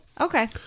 Okay